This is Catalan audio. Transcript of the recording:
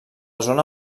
zona